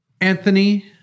Anthony